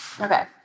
okay